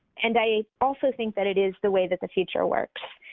and i also think that it is the way that the future works.